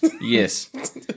Yes